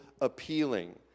appealing